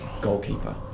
Goalkeeper